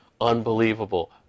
unbelievable